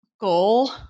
goal